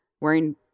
wearing